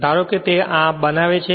ધારો કે ત્યાં આ બનાવે છે